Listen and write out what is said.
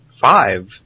Five